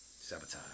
Sabotage